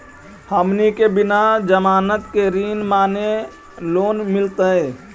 हमनी के बिना जमानत के ऋण माने लोन मिलतई?